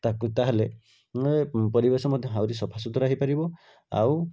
ତାକୁ ତାହେଲେ ମାନେ ପରିବେଶ ମଧ୍ୟ ଆହୁରି ସଫାସୁତୁରା ହୋଇପାରିବ ଆଉ